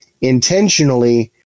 intentionally